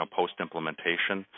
post-implementation